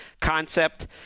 concept